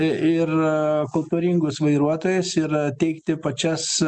ir kultūringus vairuotojus ir teikti pačias